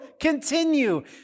continue